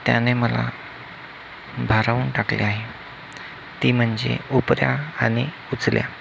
त्याने मला भारावून टाकले आहे ती म्हणजे उपरा आणि उचल्या